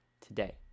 today